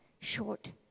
short